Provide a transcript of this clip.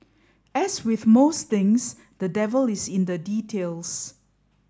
as with most things the devil is in the details